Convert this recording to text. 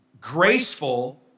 graceful